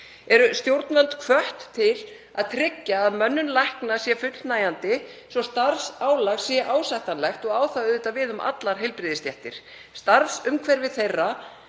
Eru stjórnvöld hvött til að tryggja að mönnun lækna sé fullnægjandi svo starfsálag sé ásættanlegt og á það auðvitað við um allar heilbrigðisstéttir. Starfsumhverfi þeirra